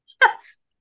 Yes